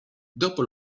dopo